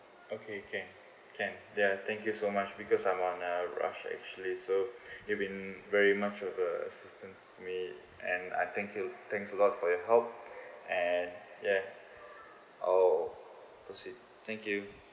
okay can can ya thank you so much because I'm on uh rush actually so is been very much of the assistance to me and I thank you thanks a lot for your help and yeah I'll oh thank you